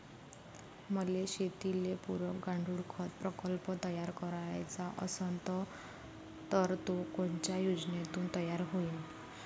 मले शेतीले पुरक गांडूळखत प्रकल्प तयार करायचा असन तर तो कोनच्या योजनेतून तयार होईन?